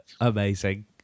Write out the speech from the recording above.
amazing